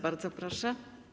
Bardzo proszę.